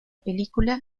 película